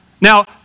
Now